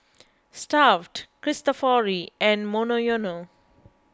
Stuff'd Cristofori and Monoyono